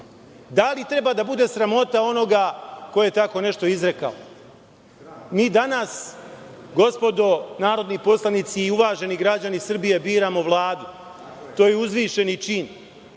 Da li treba da bude sramota onoga ko je tako nešto izrekao? Mi danas, gospodo narodni poslanici i uvaženi građani Srbije, biramo Vladu. To je uzvišeni čin.